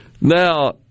Now